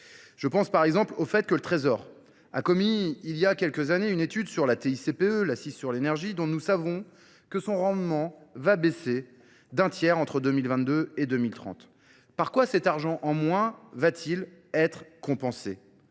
Je pense par exemple au fait que le Trésor a commis il y a quelques années une étude sur la TICPE, l'assise sur l'énergie, dont nous savons que son rendement va baisser d'un tiers entre 2022 et 2030. Par quoi cet argent en moins va-t-il être compensé ?